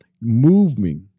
moving